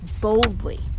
boldly